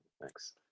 Thanks